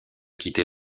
quitter